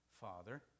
Father